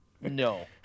no